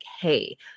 hey